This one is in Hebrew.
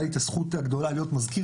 הייתה לי את הזכות הגדולה להיות מזכיר